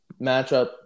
matchup